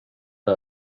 que